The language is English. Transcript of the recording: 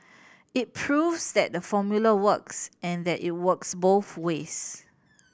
it proves that the formula works and that it works both ways